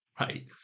Right